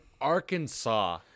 Arkansas